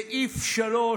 סעיף 3,